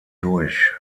durch